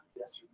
yes or